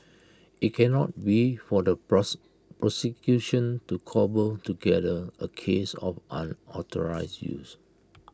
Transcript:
IT cannot be for the prose prosecution to cobble together A case of unauthorised use